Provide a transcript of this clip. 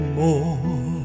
more